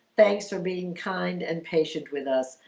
thanks for being kind and patient with us.